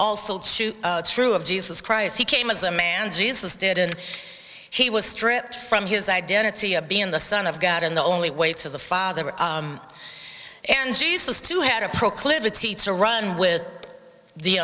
also true of jesus christ he came as a man jesus did and he was stripped from his identity of being the son of god in the only way to the father and jesus too had a proclivity to run with the